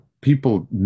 people